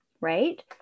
right